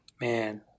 Man